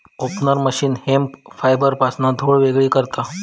opener machine hemp फायबरपासना धुळ वेगळी करता